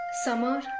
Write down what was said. Summer